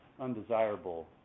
undesirable